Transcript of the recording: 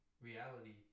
reality